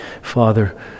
Father